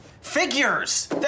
Figures